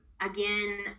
again